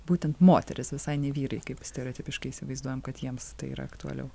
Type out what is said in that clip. būtent moterys visai ne vyrai kaip stereotipiškai įsivaizduojam kad jiems tai yra aktualiau